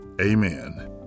amen